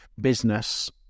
business